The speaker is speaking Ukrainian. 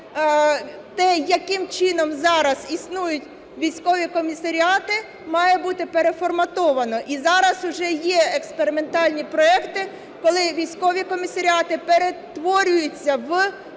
те, яким чином зараз існують військові комісаріати, має бути переформатовано. І зараз уже є експериментальні проекти, коли військові комісаріати перетворюються в